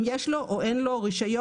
אם יש לו או אין לו רשיון,